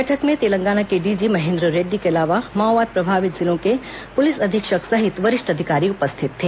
बैठक में तेलंगाना के डीजी महेन्द्र रेड्डी के अलावा माओवाद प्रभावित जिलों के पुलिस अधीक्षक सहित वरिष्ठ अधिकारी उपस्थित थे